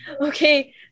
Okay